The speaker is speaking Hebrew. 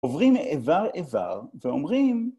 עוברים איבר איבר ואומרים...